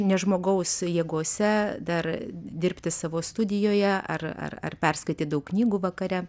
ne žmogaus jėgose dar dirbti savo studijoje ar ar perskaityt daug knygų vakare